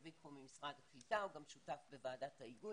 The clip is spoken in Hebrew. דוד פה ממשרד הקליטה, הוא גם שותף בוועדת ההיגוי.